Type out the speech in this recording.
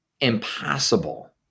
impossible